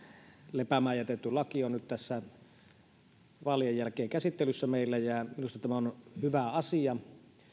lepäämään jätetty laki on nyt vaalien jälkeen käsittelyssä meillä ja minusta tämä on hyvä asia